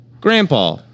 grandpa